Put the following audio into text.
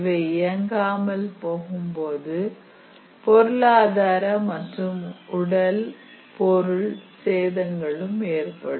இவை இயங்காமல் போகும் போது பொருளாதார மற்றும் உடல் பொருள் சேதங்களும் ஏற்படும்